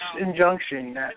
injunction